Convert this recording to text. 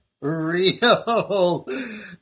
real